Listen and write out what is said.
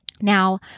Now